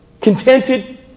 contented